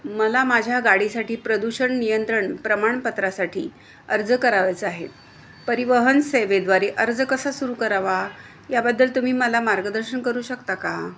मला माझ्या गाडीसाठी प्रदूषण नियंत्रण प्रमाणपत्रासाठी अर्ज करावयाचा आहे परिवहन सेवेद्वारे अर्ज कसा सुरू करावा याबद्दल तुम्ही मला मार्गदर्शन करू शकता का